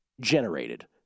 generated